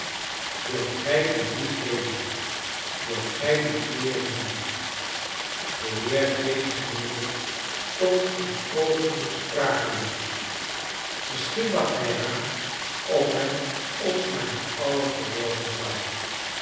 wilt gij dien brief lezen wilt gij die kleeren zien de heer james milligan stond een oogenblik sprakeloos misschien dacht hij eraan of hij ons maar niet allen verworgen zou